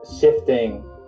shifting